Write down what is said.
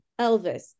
Elvis